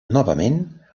novament